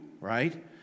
right